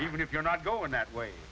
even if you're not going that way